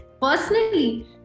personally